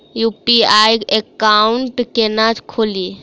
UPI account केना खोलि?